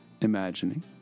imagining